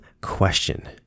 question